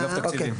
מקרקעין.